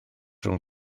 rhwng